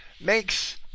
makes